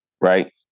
right